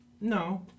No